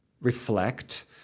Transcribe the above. reflect